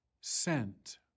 sent